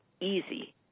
easy